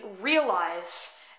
realize